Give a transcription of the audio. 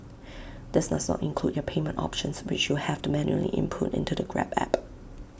this does not include your payment options which you'll have to manually input into the grab app